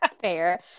fair